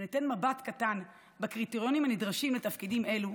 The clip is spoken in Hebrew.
וניתן מבט קטן בקריטריונים הנדרשים לתפקידים אלו,